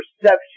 perception